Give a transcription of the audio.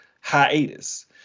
hiatus